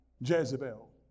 Jezebel